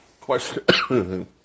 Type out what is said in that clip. question